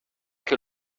che